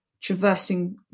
traversing